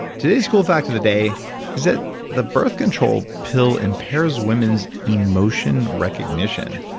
today's cool fact of the day is that the birth control pill impairs women's emotion recognition.